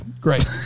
Great